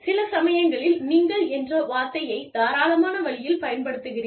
சில சமயங்களில் நீங்கள் என்ற வார்த்தையைப் தாராளமான வழியில் பயன்படுத்துகிறீர்கள்